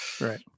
Right